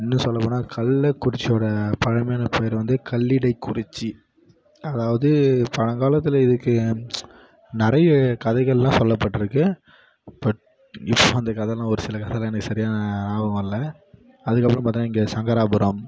இன்னும் சொல்லப்போனால் கள்ளக்குறிச்சியோடய பழமையான பேர் வந்து கள்ளிடைக்குறிச்சி அதாவது பழங்காலத்தில் இருக்குது நிறைய கதைகள்லாம் சொல்லப்பட்டுருக்குது பட் இப்போ அந்த கதைலாம் ஒரு சில கதைலாம் எனக்கு சரியாக ஞாபகம் வரல அதுக்கப்புறம் பாத்தோனா இங்கே சங்கராபுரம்